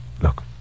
Look